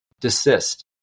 desist